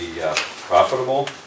profitable